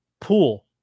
pool